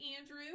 Andrew